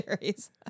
series